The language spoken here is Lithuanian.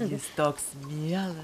jis toks mielas